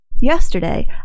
yesterday